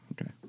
okay